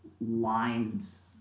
lines